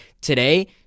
Today